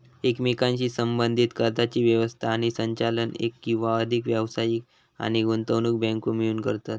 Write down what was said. एकमेकांशी संबद्धीत कर्जाची व्यवस्था आणि संचालन एक किंवा अधिक व्यावसायिक आणि गुंतवणूक बँको मिळून करतत